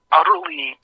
utterly